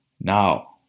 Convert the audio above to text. Now